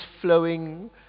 flowing